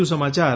વધુ સમાચાર